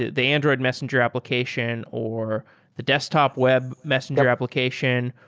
the android messenger application or the desktop web messenger application,